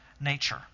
nature